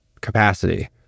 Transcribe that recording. capacity